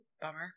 bummer